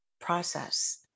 process